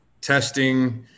testing